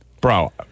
Bro